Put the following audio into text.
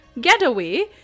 getaway